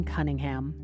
Cunningham